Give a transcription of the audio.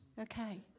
Okay